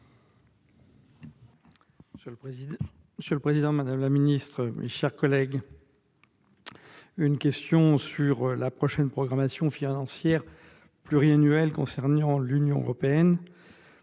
Monsieur le président, madame la ministre, mes chers collègues, ma question porte sur la prochaine programmation financière pluriannuelle de l'Union européenne.